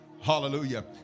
Hallelujah